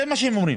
זה מה שהם אומרים.